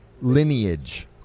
lineage